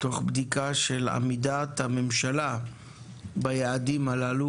תוך בדיקה של עמידת הממשלה ביעדים הללו,